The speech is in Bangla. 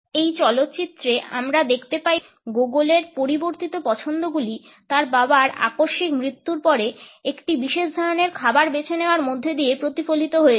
এই চলচ্চিত্রে আমরা দেখতে পাই যে গোগোলের পরিবর্তিত পছন্দগুলি তার বাবার আকস্মিক মৃত্যুর পরে একটি বিশেষ ধরণের খাবার বেছে নেওয়ার মধ্যে দিয়ে প্রতিফলিত হয়েছে